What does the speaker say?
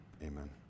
Amen